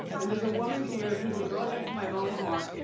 and there's a woman here who's a girl after my own heart.